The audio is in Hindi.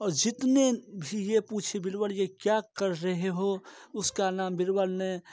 और जितने भी ये पूछे बीरबल ये क्या कर रहे हो उसका नाम बीरबल ने